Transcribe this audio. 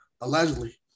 Allegedly